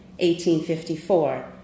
1854